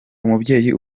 umubyeyi